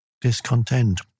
discontent